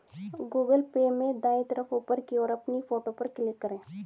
Google Pay में दाएं तरफ ऊपर की ओर अपनी फोटो पर क्लिक करें